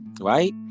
right